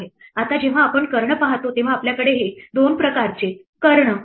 आता जेव्हा आपण कर्ण पाहतो तेव्हा आपल्याकडे हे दोन प्रकारचे कर्ण आहेत